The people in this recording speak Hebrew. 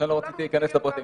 --- לכן לא רציתי להיכנס לפרטים.